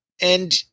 And-